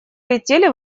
летели